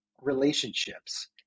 relationships